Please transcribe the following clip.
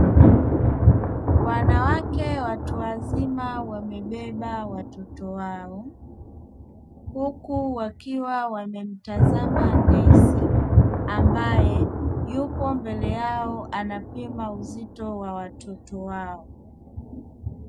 Wanawake watu wazima wamebeba watoto wao huku wakiwa wametazama nesi ambaye yupo mbele yao anapima uzito wa watoto wao.